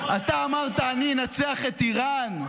אתה אמרת: אני אנצח את איראן.